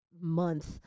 month